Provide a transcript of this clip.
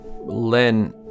len